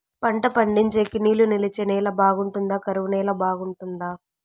పంట పండించేకి నీళ్లు నిలిచే నేల బాగుంటుందా? కరువు నేల బాగుంటుందా?